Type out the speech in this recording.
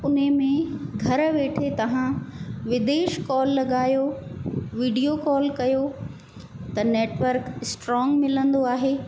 उन्हीअ में घर वेठे तव्हां विदेश कॉल लॻायो वीडियो कॉल कयो त नेटवर्क स्ट्रॉंग मिलंदो आहे